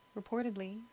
Reportedly